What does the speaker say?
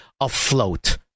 afloat